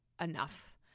enough